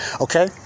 Okay